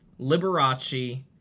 Liberace